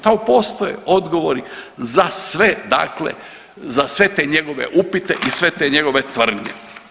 Tamo postoje odgovori za sve dakle za sve te njegove upite i sve te njegove tvrdnje.